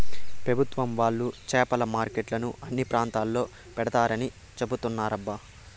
పెభుత్వం వాళ్ళు చేపల మార్కెట్లను అన్ని ప్రాంతాల్లో పెడతారని చెబుతున్నారబ్బా